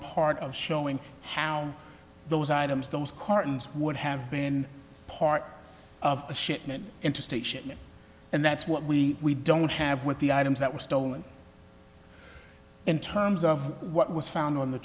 part of showing how those items those cartons would have been part of a shipment intrastate shipment and that's what we don't have with the items that were stolen in terms of what was found on the